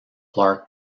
clark